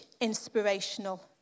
inspirational